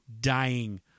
dying